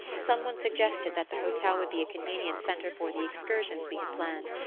some one suggested that the hotel would be a convenient centre for the excursions we had planned,